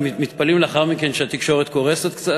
מתפלאים לאחר מכן שהתקשורת קורסת קצת?